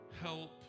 help